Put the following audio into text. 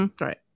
Right